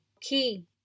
Key